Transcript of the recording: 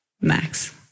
max